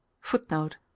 Footnote